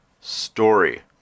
story